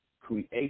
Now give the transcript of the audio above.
create